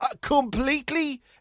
completely